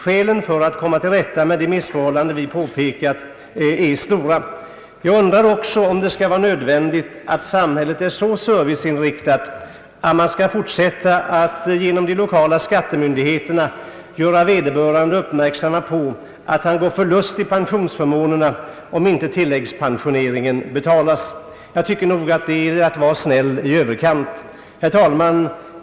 Skälen för att komma till rätta med de påpekade missförhållandena är stora. Jag undrar också om det skall vara nödvändigt att samhället är så serviceinriktat att det skall fortsätta att genom de lokala skattemyndigheterna göra vederbörande uppmärksam på att han går förlustig pensionsförmånerna, om avgiften till tilläggspensioneringen inte betalas. Jag tycker nog att det är att vara snäll i överkant. Herr talman!